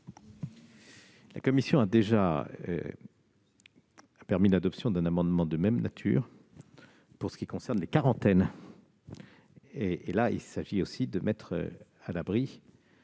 La commission a déjà permis l'adoption d'un amendement de même nature pour ce qui concerne les quarantaines. Il s'agit là aussi de mettre à l'abri